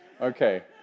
Okay